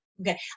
Okay